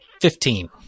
fifteen